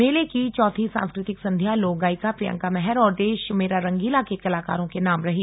मेले की चौथी सांस्कृतिक संध्या लोक गायिका प्रियंका महर और देश मेरा रंगीला के कलाकारों के नाम रही